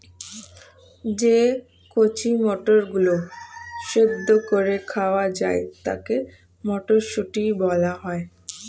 যে কচি মটরগুলো সেদ্ধ করে খাওয়া যায় তাকে মটরশুঁটি বলা হয়